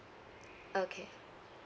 okay